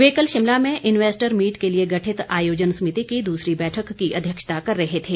वे कल शिमला में investor meet के लिए गठित आयोजन समिति की दूसरी बैठक की अध्यक्षता कर रहे थे